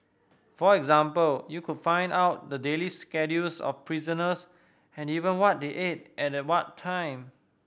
for example you could find out the daily schedules of prisoners and even what they ate at what time